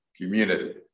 community